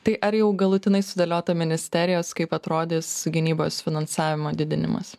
tai ar jau galutinai sudėliota ministerijos kaip atrodys gynybos finansavimo didinimas